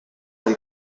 from